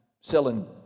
selling